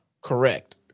Correct